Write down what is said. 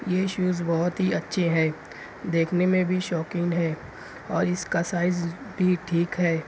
یہ شوز بہت ہی اچھے ہیں دیکھنے میں بھی شوکنگ ہیں اور اس کا سائز بھی ٹھیک ہے